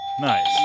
Nice